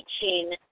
teaching